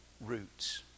roots